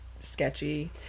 sketchy